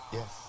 Yes